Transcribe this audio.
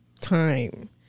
time